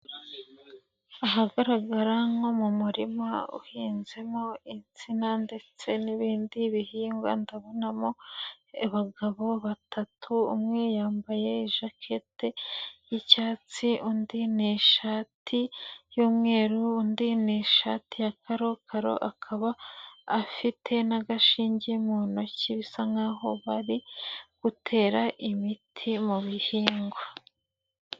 ahagaragara nko mu murima uhinzemo insina ndetse n'ibindi bihingwa, ndabonamo abagabo batatu, umwe yambaye ijakete y'icyatsi, undi ni ishati y'umweru, undi ni ishati ya karokaro, akaba afite n'agashinge mu ntoki bisa nkaho bari gutera imiti mu bihingwa